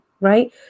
right